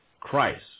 Christ